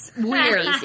weird